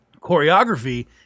choreography